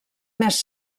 més